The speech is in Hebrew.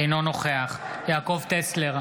אינו נוכח יעקב טסלר,